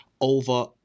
over